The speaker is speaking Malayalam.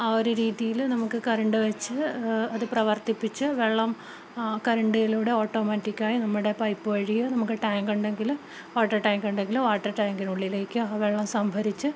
ആ ഒരു രീതിയില് നമുക്ക് കറണ്ട് വെച്ച് അത് പ്രവർത്തിപ്പിച്ച് വെള്ളം കറണ്ടിലൂടെ ഓട്ടോമാറ്റിക്കായി നമ്മുടെ പൈപ്പ് വഴി നമുക്ക് ടാങ്ക് ഉണ്ടെങ്കില് വാട്ടർ ടാങ്ക് ഉണ്ടെങ്കില് വാട്ടർ ടാങ്കിനുള്ളിലേക്ക് ആ വെള്ളം സംഭരിച്ച്